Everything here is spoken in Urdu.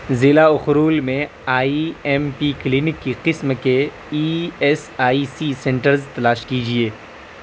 ضلع اخرول میں آئی ایم پی کلینک کی قسم کے E S I C centres تلاش کیجیے